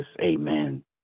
amen